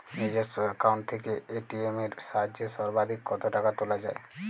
নিজস্ব অ্যাকাউন্ট থেকে এ.টি.এম এর সাহায্যে সর্বাধিক কতো টাকা তোলা যায়?